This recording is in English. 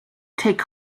take